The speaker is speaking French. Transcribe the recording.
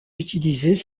utilisés